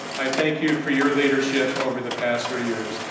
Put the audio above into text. i thank you for your leadership over the past three years.